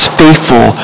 faithful